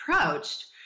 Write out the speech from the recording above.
approached